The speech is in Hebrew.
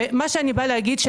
מה שאני באה להגיד,